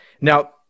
Now